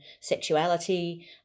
sexuality